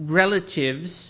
relatives